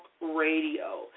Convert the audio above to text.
Radio